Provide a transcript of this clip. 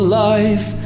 life